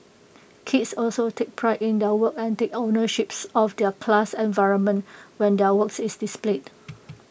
kids also take pride in their work and take ownership of their class environment when their work is displayed